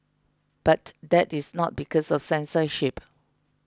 but that is not because of censorship